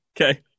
Okay